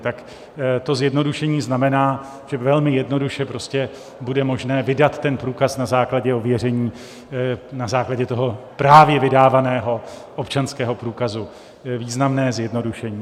Tak to zjednodušení znamená, že velmi jednoduše prostě bude možné vydat ten průkaz na základě ověření, na základě toho právě vydávaného občanského průkazu významné zjednodušení.